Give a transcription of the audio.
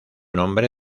nombre